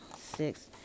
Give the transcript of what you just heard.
six